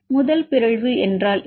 முதல் பிறழ்வு என்றால் என்ன